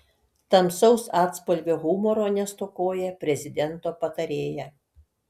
tamsaus atspalvio humoro nestokoja prezidento patarėja